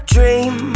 Dream